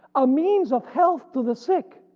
a means of health to the sick,